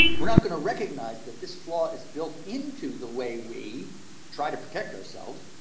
we are not going to recognise that this flaw is built into the way we try to protect ourselves,